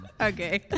Okay